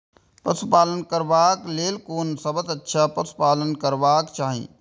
पशु पालन करबाक लेल कोन सबसँ अच्छा पशु पालन करबाक चाही?